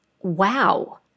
Wow